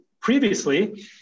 previously